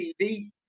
TV